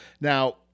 now